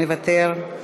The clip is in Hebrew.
מוותר,